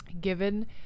given